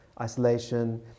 Isolation